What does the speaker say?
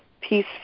peace